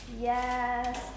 Yes